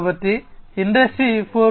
కాబట్టి ఇండస్ట్రీ 4